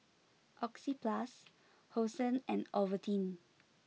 Oxyplus Hosen and Ovaltine